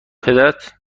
پدرت